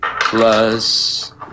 plus